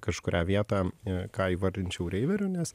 kažkurią vietą ką įvardinčiau reiveriu nes